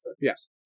Yes